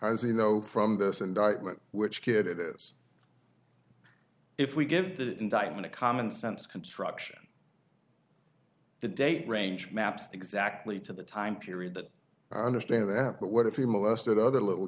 as we know from this indictment which kid it is if we give that indictment a commonsense construction the date range maps exactly to the time period that i understand that but what if he molested other little